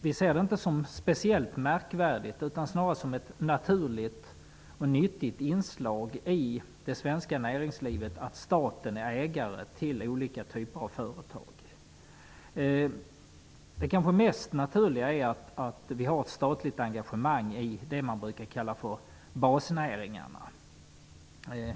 Vi ser det inte som särskilt märkvärdigt utan snarare som ett naturligt och nyttigt inslag i det svenska näringslivet att staten är ägare till olika typer av företag. Det kanske mest naturliga är att vi har ett statligt engagemang i det man brukar kalla för basnäringarna.